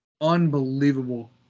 Unbelievable